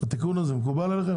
התיקון הזה?